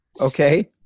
okay